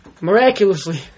Miraculously